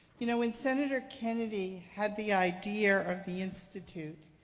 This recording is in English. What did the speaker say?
you know, when senator kennedy had the idea of the institute,